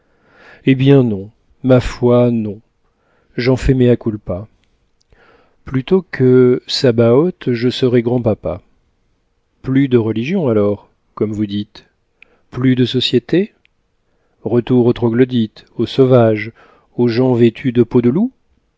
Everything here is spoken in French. eh bien non ma foi non j'en fais mea culpa plutôt que sabaoth je serais grand-papa plus de religion alors comme vous dites plus de société retour aux troglodytes aux sauvages aux gens vêtus de peaux de loups